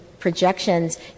projections